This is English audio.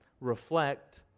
Reflect